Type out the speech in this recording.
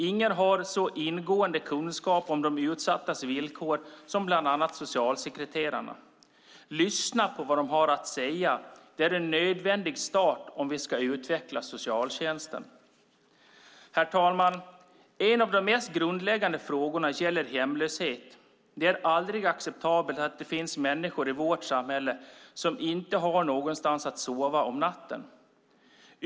Ingen har så ingående kunskap om de utsattas villkor som bland annat socialsekreterarna. Lyssna på vad de har att säga! Det är nödvändigt om vi ska utveckla socialtjänsten. Herr talman! En av de mest grundläggande frågorna gäller hemlöshet. Det är aldrig acceptabelt att det finns människor i vårt samhälle som inte har någonstans att sova om natten.